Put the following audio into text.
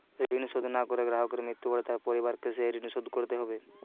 ঋণ শোধ না করে গ্রাহকের মৃত্যু হলে তার পরিবারকে সেই ঋণ শোধ করতে হবে?